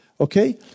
Okay